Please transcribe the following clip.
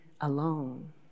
alone